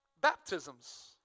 baptisms